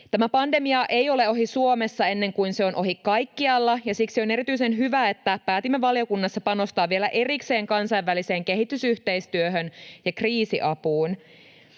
Tämä pandemia ei ole ohi Suomessa ennen kuin se on ohi kaikkialla, ja siksi on erityisen hyvä, että päätimme valiokunnassa panostaa vielä erikseen kansainväliseen kehitysyhteistyöhön ja kriisiapuun.